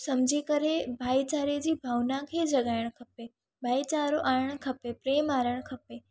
सम्झी करे भाईचारे जी भावना खे जॻाइण खपे भाईचारो आणण खपे प्रेम आणण खपे